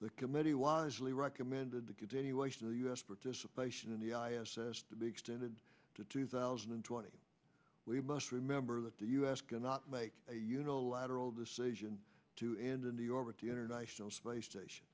the committee wisely recommended the continuation of the u s participation in the i assessed to be extended to two thousand and twenty we must remember that the us cannot make a unilateral decision to end in new york the international space station